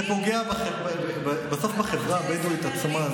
זה פוגע בסוף בחברה הבדואית עצמה.